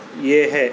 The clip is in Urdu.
یہ ہے